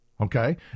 Okay